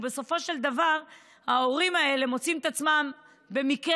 ובסופו של דבר ההורים האלה מוצאים את עצמם במקרה,